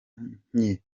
nke